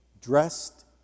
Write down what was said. dressed